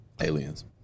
aliens